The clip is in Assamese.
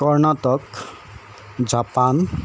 কৰ্ণাটক জাপান